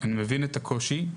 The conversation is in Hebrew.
אני מבין את הקושי,